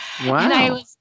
Wow